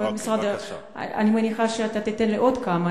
אני מניחה שתיתן לי עוד כמה.